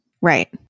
Right